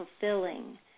fulfilling